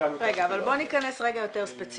לנו את ה- -- בוא ניכנס רגע יותר ספציפי.